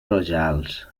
rojals